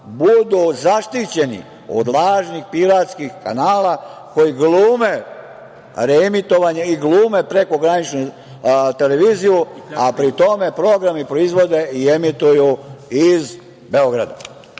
budu zaštićeni od lažnih piratskih kanala koji glume reemitovanje i glume prekograničnu televiziju, a pri tome program proizvode i emituju iz Beograda. To